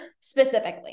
specifically